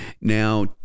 Now